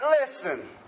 listen